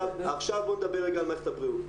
עכשיו בואו נדבר רגע על מערכת הבריאות.